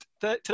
today